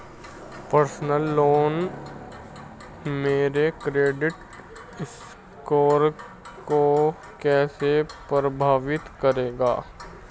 Personal loan मेरे credit score को कैसे प्रभावित करेगा?